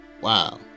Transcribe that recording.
Wow